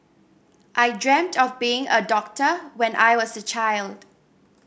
I dreamt of being a doctor when I was a child